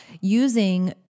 using